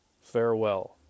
Farewell